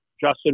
Justin